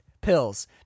pills